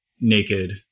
naked